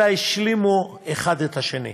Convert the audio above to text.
אלא השלימו זה את זה.